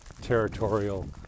territorial